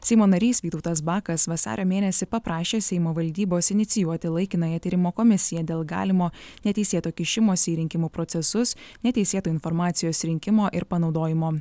seimo narys vytautas bakas vasario mėnesį paprašė seimo valdybos inicijuoti laikinąją tyrimo komisiją dėl galimo neteisėto kišimosi į rinkimų procesus neteisėto informacijos rinkimo ir panaudojimo